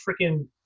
freaking